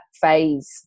phase